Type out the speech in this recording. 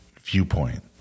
viewpoint